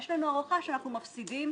יש לנו הערכה שאנחנו מפסידים